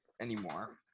anymore